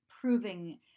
proving